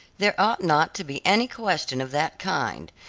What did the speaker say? there ought not to be any question of that kind.